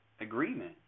agreement